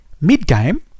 mid-game